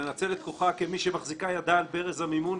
ולנצל את כוחה כמי שמחזיקה ידה על ברז המימון,